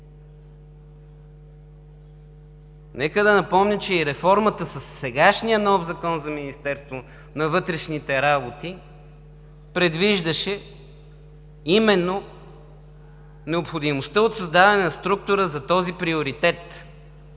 Нека да напомня, че и реформата със сегашния нов Закон за Министерството на вътрешните работи предвиждаше именно необходимостта от създаване на структура за този приоритет